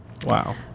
Wow